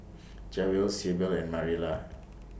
Javen Sybil and Marilla